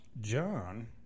john